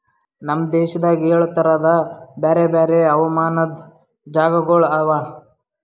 ನಮ್ ದೇಶದಾಗ್ ಏಳು ತರದ್ ಬ್ಯಾರೆ ಬ್ಯಾರೆ ಹವಾಮಾನದ್ ಜಾಗಗೊಳ್ ಅವಾ